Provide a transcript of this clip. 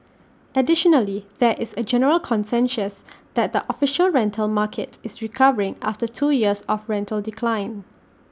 additionally there is A general consensus that the official rental market is recovering after two years of rental decline